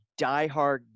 diehard